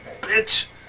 bitch